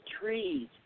trees